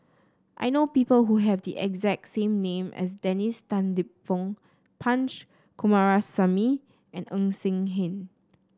I know people who have the exact same name as Dennis Tan Lip Fong Punch Coomaraswamy and Ng Eng Hen